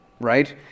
right